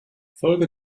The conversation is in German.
folge